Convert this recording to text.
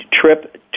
trip